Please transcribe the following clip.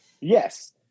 Yes